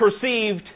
perceived